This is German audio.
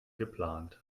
geplant